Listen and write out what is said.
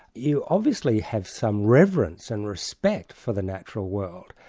you obviously have some reverence and respect for the natural world,